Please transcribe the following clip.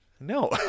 No